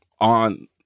on